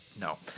No